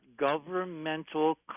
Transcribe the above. governmental